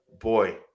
boy